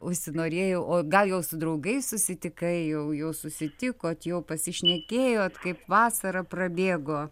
užsinorėjau o gal jau su draugais susitikai jau jūs susitikot jau pasišnekėjot kaip vasara prabėgo